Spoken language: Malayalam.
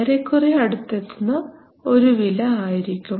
ഏറെക്കുറെ അടുത്തെത്തുന്ന ഒരു വില ആയിരിക്കും